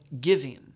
giving